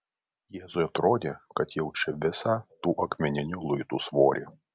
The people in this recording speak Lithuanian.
jėzui atrodė kad jaučia visą tų akmeninių luitų svorį